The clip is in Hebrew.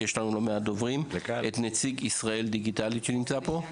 כי יש לנו לא מעט דוברים את נציג ישראל דיגיטלית שנמצא פה,